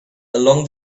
along